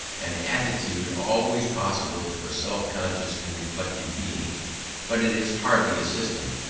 an attitude always possible to a self-conscious and reflective being but it is hardly a system,